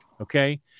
okay